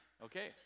Okay